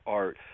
art